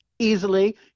easily